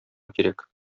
кирәк